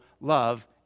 love